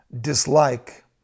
dislike